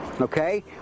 Okay